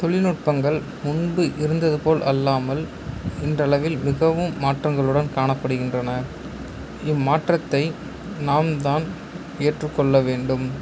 தொழில்நுட்பங்கள் முன்பு இருந்தது போல் அல்லாமல் இன்றளவில் மிகவும் மாற்றங்களுடன் காணப்படுகின்றன இம்மாற்றத்தை நாம் தான் ஏற்றுக்கொள்ள வேண்டும்